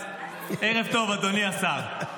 אז ערב טוב, אדוני השר.